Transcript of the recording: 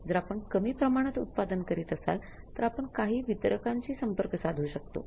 जर आपण कमी प्रमाणात उत्पादन करीत असाल तर आपण काही वितरकांशी संपर्क साधू शकतो